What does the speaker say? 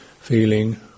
Feeling